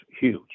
huge